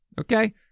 Okay